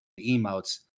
emotes